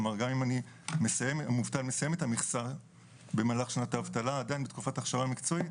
כלומר גם מובטל שמסיים את המכסה עדיין בתקופת הכשרה מקצועית,